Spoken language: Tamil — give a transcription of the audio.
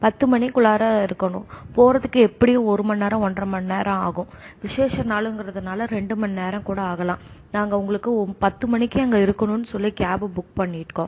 பத்து மணிக்குள்ளார இருக்கணும் போகிறதுக்கு எப்படியும் ஒரு மணிநேரம் ஒன்றரை மணிநேரம் ஆகும் விசேஷ நாளுங்கிறதுனால் ரெண்டு மணிநேரம் கூட ஆகலாம் நாங்கள் உங்களுக்கு பத்து மணிக்கு அங்கே இருக்கணுன்னு சொல்லி கேப்பு புக் பண்ணியிருக்கோம்